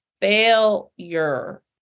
failure